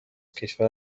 کشور